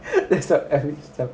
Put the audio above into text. that's what